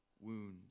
wounds